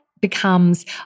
becomes